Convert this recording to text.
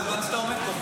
בזמן שאתה עומד פה.